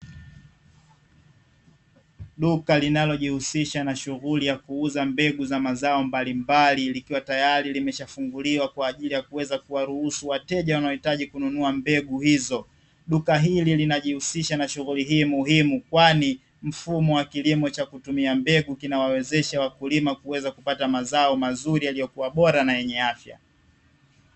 Duka linalojihusisha na shughuli ya kuuza mbegu za mazao mbalimbali likiwa tayari limeshafunguliwa kwa ajili ya kuweza kuwaruhusu wateja wanaohitaji kununua mbegu hizo, duka hili linajihusisha na shughuli hii muhimu, kwani mfumo wa kilimo cha kutumia mbegu, kinawawezesha wakulima kuweza kupata mazao mazuri yaliyokuwa bora na yenye afya.